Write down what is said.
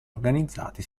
organizzati